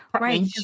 Right